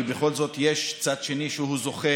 כי בכל זאת יש צד שני שזוכה,